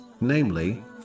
namely